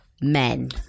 men